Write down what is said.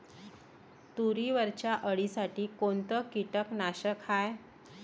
तुरीवरच्या अळीसाठी कोनतं कीटकनाशक हाये?